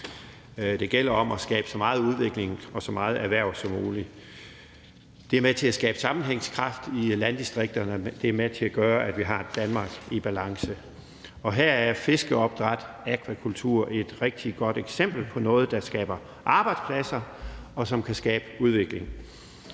Det gælder om at skabe så meget udvikling og så meget erhverv som muligt. Det er med til at skabe sammenhængskraft i landdistrikterne, og det er med til at gøre, at vi har et Danmark i balance. Og her er fiskeopdræt, akvakultur, et rigtig godt eksempel på noget, der skaber arbejdspladser, og som kan skabe udvikling.